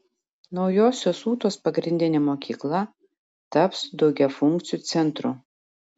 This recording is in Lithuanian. naujosios ūtos pagrindinė mokykla taps daugiafunkciu centru